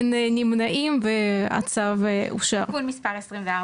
אין נמנעים ותיקון מספר 24